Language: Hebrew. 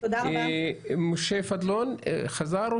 משה פדלון חזר?